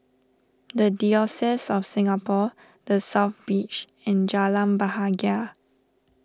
the Diocese of Singapore the South Beach and Jalan Bahagia